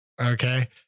Okay